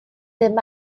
them